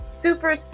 super